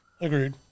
Agreed